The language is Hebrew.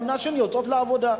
גם נשים יוצאות לעבודה.